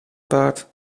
paard